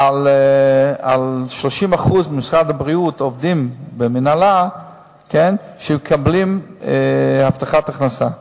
על 30% מעובדי המינהלה במשרד הבריאות שמקבלים הבטחת הכנסה.